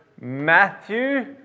Matthew